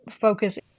focus